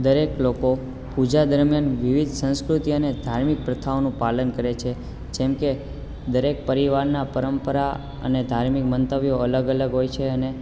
દરેક લોકો પૂજા દરમિયાન વિવિધ સંસ્કૃતિઓ અને ધાર્મિક પ્રથાઓનું પાલન કરે છે જેમ કે દરેક પરિવારના પરંપરા અને ધાર્મિક મંતવ્યો અલગ અલગ હોય છે અને